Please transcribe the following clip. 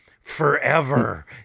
forever